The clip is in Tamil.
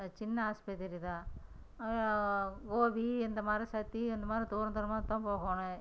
சின்ன ஆஸ்பத்திரி தான் கோபி இந்த மாதிரி சத்தி இந்த மாதிரி தூரம் தூரமாக தான் போகணும்